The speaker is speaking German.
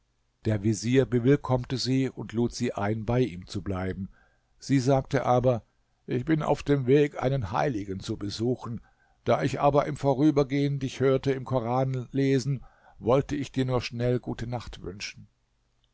der vezier bewilikommte sie und lud sie ein bei ihm zu bleiben sie sagte aber ich bin auf dem weg einen heiligen zu besuchen da ich aber im vorübergehen dich hörte im koran lesen wollte ich dir nur schnell gute nacht wünschen